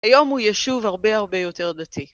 היום הוא ישוב הרבה הרבה יותר דתי.